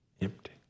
empty